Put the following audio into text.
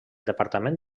departament